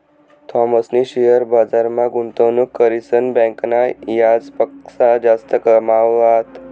थॉमसनी शेअर बजारमा गुंतवणूक करीसन बँकना याजपक्सा जास्त कमावात